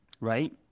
right